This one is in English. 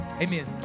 Amen